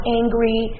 angry